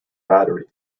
battery